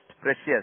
precious